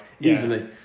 easily